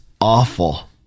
awful